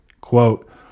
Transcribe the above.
quote